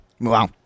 Wow